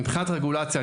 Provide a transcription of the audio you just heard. מבחינת רגולציה,